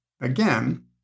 Again